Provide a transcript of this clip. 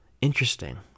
interesting